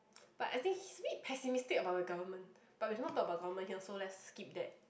but I think he's a bit pessimistic about the government but we cannot talk about government here so let's skip that